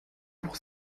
pour